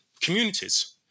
communities